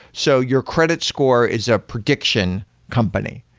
so your credit score is a prediction company,